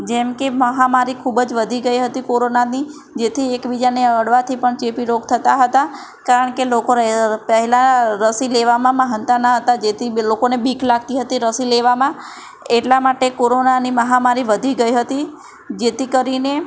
જેમ કે મહામારી ખૂબ જ વધી ગઈ હતી કોરોનાની જેથી એકબીજાને અડવાથી પણ ચેપી રોગ થતા હતા કારણ કે લોકો પહેલાં રસી લેવામાં માનતા ન હતા જેથી એ લોકોને બીક લાગતી હતી રસી લેવામાં એટલા માટે કોરોનાની મહામારી વધી ગઈ હતી જેથી કરીને